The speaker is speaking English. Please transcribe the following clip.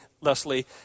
Leslie